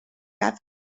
cap